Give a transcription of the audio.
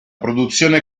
produzione